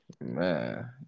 Man